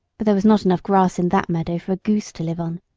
but there was not enough grass in that meadow for a goose to live on.